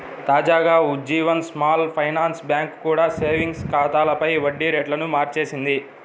తాజాగా Ujjivan small finance bank కూడా savings ఖాతాలపై వడ్డీ రేట్లను మార్చేసింది